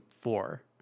four